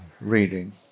reading